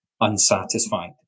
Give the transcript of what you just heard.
unsatisfied